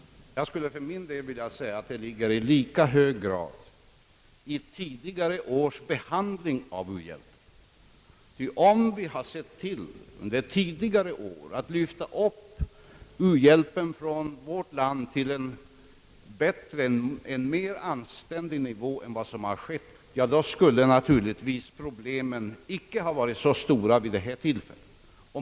Jag skulle för min del vilja säga att det ligger i lika hög grad i tidigare års behandling av u-hjälpen, ty om vi hade sett till under tidigare år att lyfta upp vår u-hjälp till en mera anständig nivå än som skett, så skulle naturligtvis problemen icke ha varit så stora vid det här tillfället.